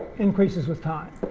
increases with time.